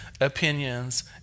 opinions